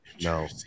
No